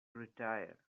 retire